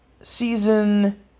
season